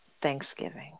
thanksgiving